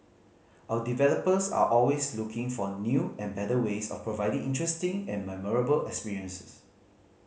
our developers are always looking for new and better ways of providing interesting and memorable experiences